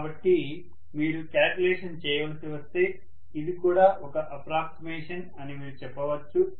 కాబట్టి మీరు క్యాలిక్యులేషన్ చేయవలసి వస్తే ఇది కూడా ఒక అప్రాక్సిమేషన్ అని మీరు చెప్పవచ్చు